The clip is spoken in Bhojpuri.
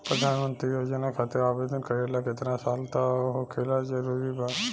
प्रधानमंत्री योजना खातिर आवेदन करे ला केतना साल क होखल जरूरी बा?